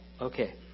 Okay